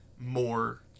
more